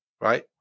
right